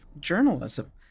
journalism